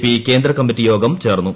P കേന്ദ്ര committee യോഗം ചേർന്നു